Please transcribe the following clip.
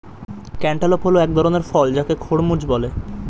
cantaloupe হল এক ধরণের ফল যাকে খরমুজ বলে